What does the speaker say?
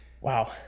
Wow